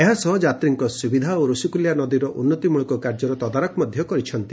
ଏହାସହ ଯାତ୍ରୀଙ୍କ ସୁବିଧା ଓ ଋଷିକୁଲ୍ୟା ନଦୀର ଉନ୍ନତିମୂଳକ କାର୍ଯ୍ୟର ତଦାରଖ ମଧ୍ଧ କରିଛନ୍ତି